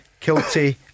Kilty